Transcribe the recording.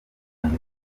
ngo